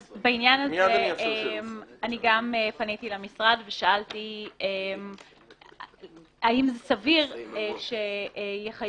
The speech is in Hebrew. אז בעניין הזה אני גם פניתי למשרד ושאלתי האם זה סביר שיחייבו